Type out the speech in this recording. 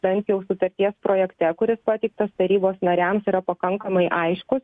bent jau sutarties projekte kuris pateiktas tarybos nariams yra pakankamai aiškus